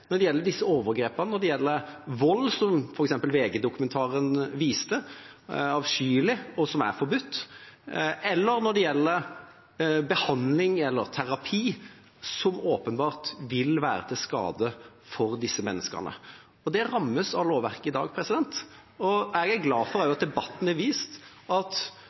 gjelder tvang og skjer mot ens vilje, overgrep og vold – noe f.eks. VG-dokumentaren viste, og som er avskyelig og forbudt – og det som gjelder behandling eller terapi som åpenbart vil være til skade for disse menneskene. Det rammes av lovverket i dag. Jeg er glad for at debatten har vist, og jeg er enig med representanten i, at